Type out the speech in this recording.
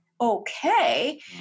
okay